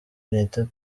n’itanu